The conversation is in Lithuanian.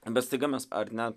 bet staiga mes ar ne